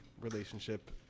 relationship